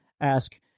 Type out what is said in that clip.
Ask